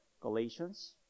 Galatians